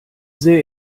sähe